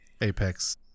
Apex